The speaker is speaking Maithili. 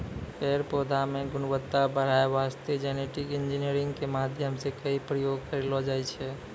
पेड़ पौधा मॅ गुणवत्ता बढ़ाय वास्तॅ जेनेटिक इंजीनियरिंग के माध्यम सॅ कई प्रयोग करलो जाय छै